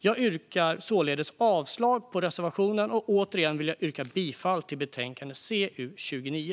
Jag yrkar således avslag på reservationen, och jag yrkar återigen bifall till utskottets förslag i betänkande CU29.